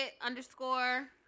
underscore